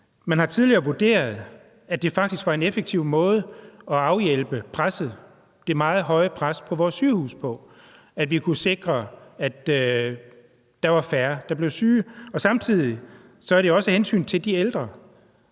Man har tidligere vurderet, at det faktisk var en effektiv måde at afhjælpe det meget høje pres på vores sygehuse på, at vi kunne sikre, at der var færre, der blev syge, og samtidig er det jo også af hensyn til de ældre,